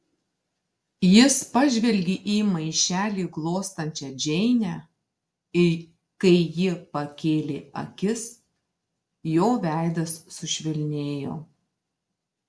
jis pažvelgė į maišelį glostančią džeinę ir kai ji pakėlė akis jo veidas sušvelnėjo